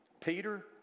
Peter